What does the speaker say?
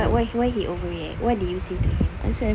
why why he overreact what did you say to him